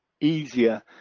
easier